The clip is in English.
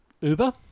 Uber